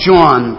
John